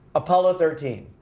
apollo thirteen.